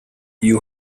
you